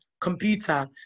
Computer